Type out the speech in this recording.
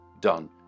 done